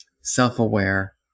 self-aware